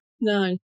nine